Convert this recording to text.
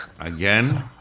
Again